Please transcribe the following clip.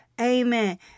Amen